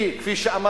היא, כפי שאמרתי,